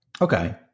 Okay